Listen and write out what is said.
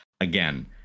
again